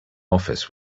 office